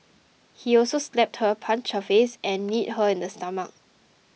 he also slapped her punched her face and kneed her in the stomach